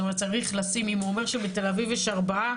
זאת אומרת אם הוא אומר שבתל-אביב יש ארבעה